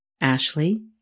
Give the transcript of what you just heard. Ashley